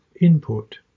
input